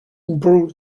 brew